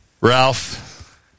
Ralph